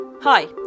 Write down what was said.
Hi